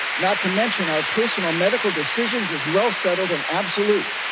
not to mention our personal medical decisions as well, settled in absolute,